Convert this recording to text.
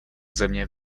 země